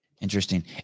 interesting